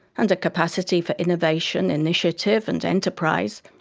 and a capacity for innovation, initiative and enterprise,